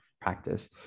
practice